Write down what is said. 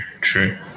true